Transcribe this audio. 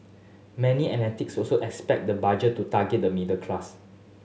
many also expect the Budget to target the middle class